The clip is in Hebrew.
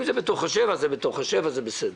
אם זה בתוך ה-7, זה בתוך ה-7, זה בסדר,